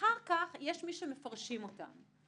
ואחר כך יש מי שמפרשים אותם.